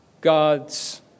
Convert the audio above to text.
God's